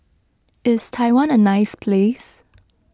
is Taiwan a nice place